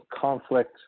conflict